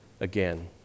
again